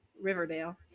Riverdale